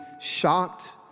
shocked